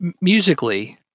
Musically